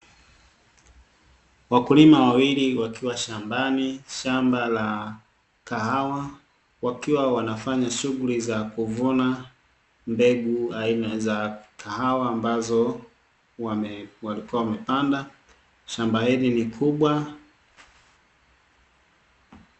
Wakulima wawili wakiwa shambani shamba la kahawa, wakiwa wanafanya shughuli za kuvuna, mbegu aina za kahawa ambazo walikuwa wamepanda, shamba hili ni kubwa.